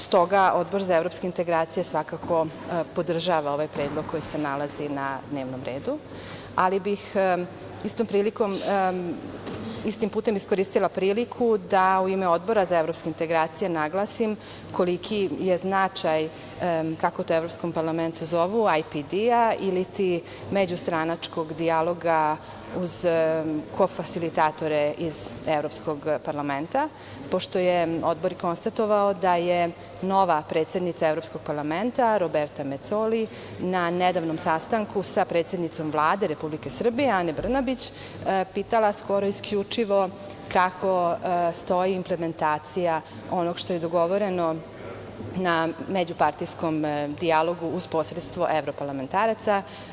Stoga, Odbor za evropske integracije svakako podržava ovaj predlog koji se nalazi na dnevnom redu, ali bih istom putem iskoristila priliku da u ime Odbora za evropske integracije naglasim koliki je značaj, kako to u Evropskom parlamentu zovu, IPD-a ili međustranačkog dijaloga uz kofasilitatore iz Evropskog parlamenta, pošto je Odbor konstatovao da je nova predsednica Evropskog parlamenta Roberta Mecoli na nedavnom sastanku sa predsednicom Vlade Republike Srbije Ane Brnabić pitala skoro isključivo kako stoji implementacija onog što je dogovoreno na međupartijskom dijalogu uz posredstvo evroparlamentaraca.